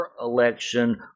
election